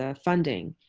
ah funding.